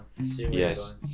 yes